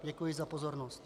Děkuji za pozornost.